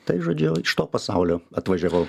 tai žodžiu iš to pasaulio atvažiavau